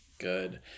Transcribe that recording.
Good